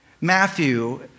Matthew